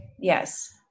Yes